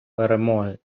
перемоги